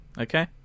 okay